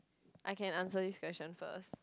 I can answer this question first